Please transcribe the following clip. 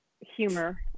humor